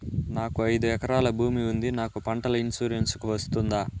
నాకు ఐదు ఎకరాల భూమి ఉంది నాకు పంటల ఇన్సూరెన్సుకు వస్తుందా?